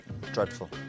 Dreadful